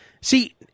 See